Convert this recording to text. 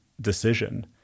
decision